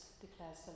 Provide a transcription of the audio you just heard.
declares